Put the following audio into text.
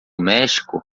méxico